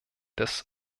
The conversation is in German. des